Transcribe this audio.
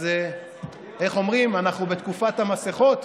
אז איך אומרים, ואנחנו בתקופת המסכות,